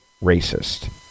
racist